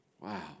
Wow